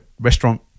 restaurant